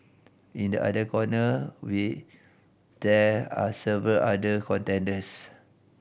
in the other corner we there are several other contenders